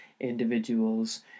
individuals